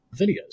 videos